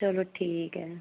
चलो ठीक ऐ